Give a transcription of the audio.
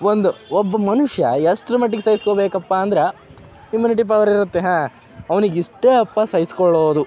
ಒಂದು ಒಬ್ಬ ಮನುಷ್ಯ ಎಷ್ಟ್ರ ಮಟ್ಟಿಗೆ ಸಹಿಸಿಕೋಬೇಕಪ್ಪ ಅಂದ್ರೆ ಇಮ್ಯುನಿಟಿ ಪವರ್ ಇರುತ್ತೆ ಹಾಂ ಅವ್ನಿಗೆ ಇಷ್ಟೇ ಅಪ್ಪ ಸಹಿಸ್ಕೊಳೋದು